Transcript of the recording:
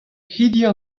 hiziv